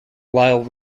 lyle